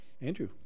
Andrew